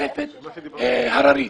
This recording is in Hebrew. ותוספת הררית.